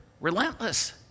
relentless